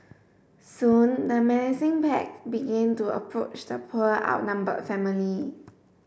soon the menacing pack began to approach the poor outnumbered family